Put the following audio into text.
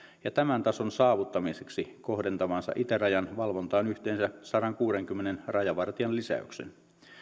ja tämän tason saavuttamiseksi kohdentavansa itärajan valvontaan yhteensä sadankuudenkymmenen rajavartijan lisäyksen